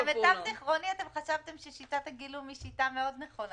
אני לא חושב שרואים כרגע ירידת מחירים בשוק הדיור כרגע .